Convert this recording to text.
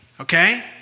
Okay